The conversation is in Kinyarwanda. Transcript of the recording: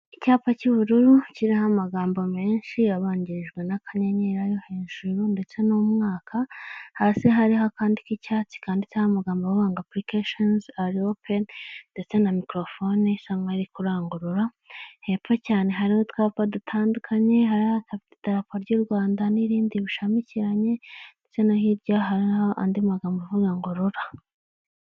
Icyapa cy'ubururu kiriho amagambo menshi abanjirijwe n'akanyenyeri ayo hejuru ndetse n'umwaka, hasi hariho akandi k'icyatsi kanditseho amagambo avuga ngo apurikasheni are openi ndetse na mikorofone isa nkaho iri kurangurura, hepfo cyane hariho utwapa dutandukanye, hariho idarapo ry'u Rwanda n'irindi bishamikiranye ndetse hirya hariho andi magambo avuga ngo Rura.